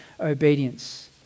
obedience